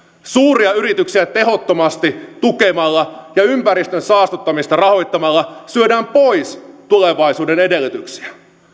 suuria yrityksiä tehottomasti tukemalla ja ympäristön saastuttamista rahoittamalla syödään pois tulevaisuuden edellytyksiä